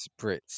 Brits